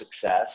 success